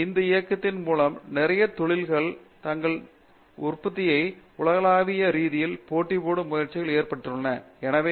மூர்த்தி அந்த இயக்கத்தின் மூலம் நிறைய தொழில்கள் தங்கள் உற்பத்திகளை உலகளாவிய ரீதியில் போட்டியிடும் முயற்சியில் ஈடுபட்டுள்ளன பேராசிரியர் பிரதாப் ஹரிதாஸ் சரி